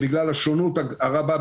ישיבה ראשונה בשנה האזרחית החדשה.